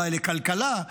אולי לכלכלה,